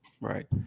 Right